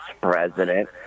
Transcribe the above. president